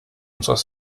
unserer